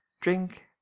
drink